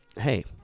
hey